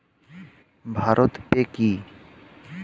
Bharat pay কি?